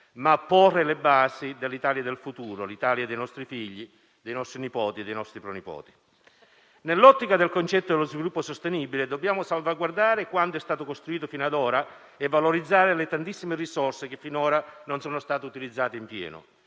porre le basi dell'Italia del futuro, l'Italia dei nostri figli, dei nostri nipoti e pronipoti. Nell'ottica del concetto dello sviluppo sostenibile, dobbiamo salvaguardare quanto è stato costruito fino ad ora e valorizzare le tantissime risorse che finora non sono state utilizzate in pieno.